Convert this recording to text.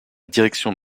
direction